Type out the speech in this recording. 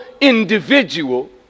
individual